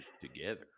together